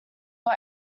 got